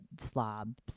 slobs